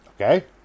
okay